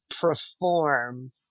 perform